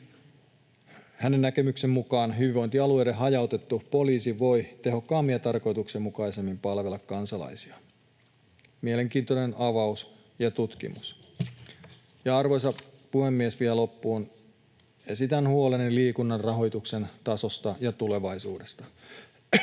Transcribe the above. Hänen näkemyksensä mukaan hyvinvointialueiden hajautettu poliisi voi tehokkaammin ja tarkoituksenmukaisemmin palvella kansalaisiaan. Mielenkiintoinen avaus ja tutkimus. Arvoisa puhemies! Vielä loppuun esitän huoleni liikunnan rahoituksen tasosta ja tulevaisuudesta.